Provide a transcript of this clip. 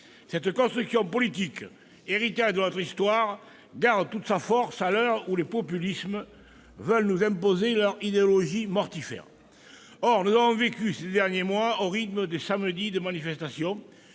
Cette construction politique, héritage de notre histoire, garde toute sa force à l'heure où les populismes veulent nous imposer leur idéologie mortifère. Or nous avons vécu ces derniers mois au rythme des samedis de manifestations,